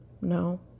no